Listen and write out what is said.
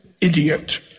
idiot